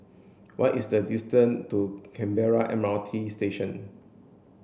what is the distance to Canberra M R T Station